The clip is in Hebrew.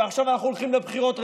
ועכשיו אנחנו הולכים לבחירות רביעיות,